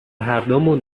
هردومون